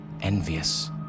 envious